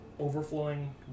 Overflowing